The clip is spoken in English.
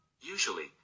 Usually